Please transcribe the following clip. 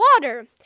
water